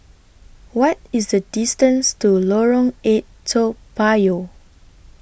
What IS The distance to Lorong eight Toa Payoh